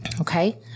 Okay